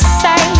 say